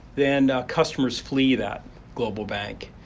then customers flee that global bank.